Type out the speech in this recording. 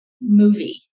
movie